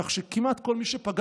כך שכמעט כל מי שפגשנו,